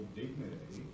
dignity